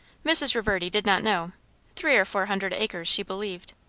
mrs. reverdy did not know three or four hundred acres, she believed.